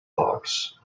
hawks